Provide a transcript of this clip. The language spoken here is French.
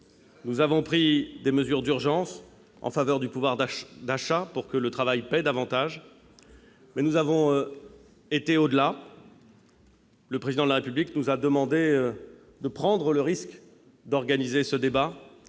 également pris des mesures d'urgence en faveur du pouvoir d'achat, pour que le travail paie davantage. Mais nous avons été au-delà : le Président de la République nous a demandé de prendre le risque d'organiser ce débat,